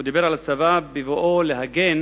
הוא דיבר על הצבא בבואו להגן